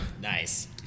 nice